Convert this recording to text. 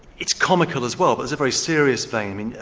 it's comical as well, but it's a very serious failing, um and yeah